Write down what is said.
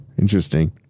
Interesting